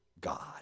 God